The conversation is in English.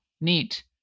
neat